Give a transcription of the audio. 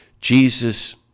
Jesus